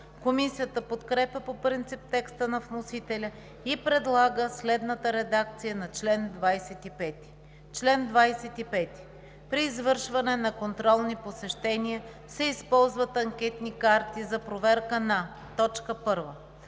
Комисията подкрепя по принцип текста на вносителя и предлага следната редакция на чл. 25: „Чл. 25. При извършване на контролни посещения се използват анкетни карти за проверка на: 1.